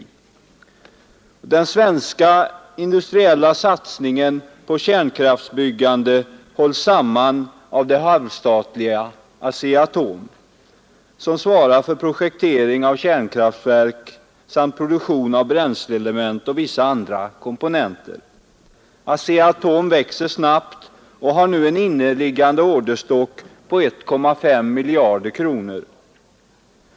Torsdagen den Den svenska industriella satsningen på kärnkraftsbyggande hålls 18 maj 1972 samman av det halvstatliga ASEA-Atom, som svarar för projekteringen av —-—— kärnkraftverk samt produktionen av bränsleelement och vissa andra Medelstillskott till komponenter. ASEA-Atom växer snabbt och har nu en inneliggande AB Asea-Atom orderstock på 1,5 miljarder kronor.